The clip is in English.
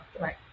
right